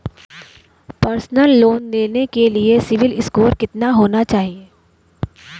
Personal loan लेने के लिए सिबिल स्कोर कितना होना चाहिए?